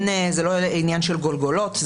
זה לא עניין גולגולות,